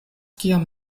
kiam